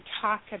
talk